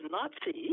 Nazi